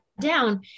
down